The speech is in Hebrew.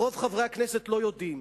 רוב חברי הכנסת לא יודעים,